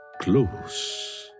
close